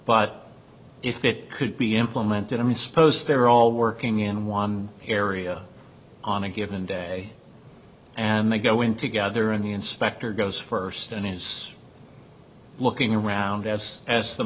but if it could be implemented i mean suppose they're all working in one area on a given day and they go in together and the inspector goes first and is looking around us as the